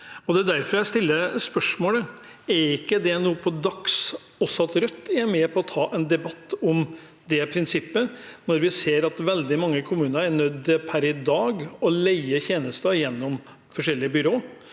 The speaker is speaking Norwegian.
Det er derfor jeg stiller spørsmålet. Er det ikke nå dags at også Rødt er med på å ta en debatt om det prinsippet, når vi ser at veldig mange kommuner per i dag er nødt til å leie tjenester gjennom forskjellige byråer?